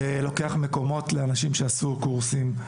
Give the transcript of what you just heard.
זה לוקח מקומות לאנשים שעשו קורסים,